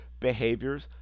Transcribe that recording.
behaviors